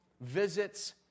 visits